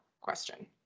question